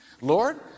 Lord